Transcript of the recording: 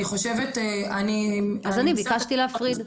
אני חושבת -- אז אני ביקשתי להפריד.